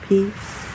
Peace